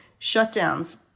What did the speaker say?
shutdowns